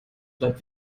bleibt